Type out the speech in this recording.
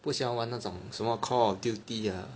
不喜欢玩那种什么 Call of Duty ah